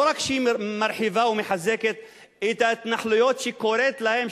לא רק שהיא מרחיבה ומחזקת את ההתנחלויות שהיא קוראת להן,